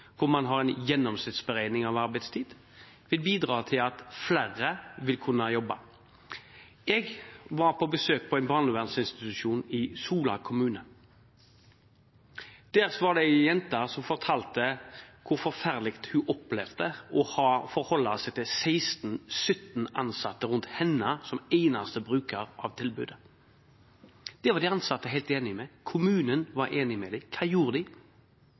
hvor man har en gjennomsnittsberegning av arbeidstid, vil bidra til at flere vil kunne jobbe. Jeg var på besøk på en barnevernsinstitusjon i Sola kommune. Der var det en jente som fortalte hvor forferdelig hun opplevde det å forholde seg til 16–17 ansatte rundt seg, som eneste bruker av tilbudet. Det var de ansatte helt enig i, og kommunen var enig. Hva gjorde de?